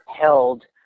held